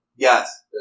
Yes